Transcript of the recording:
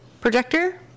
projector